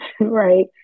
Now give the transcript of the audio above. right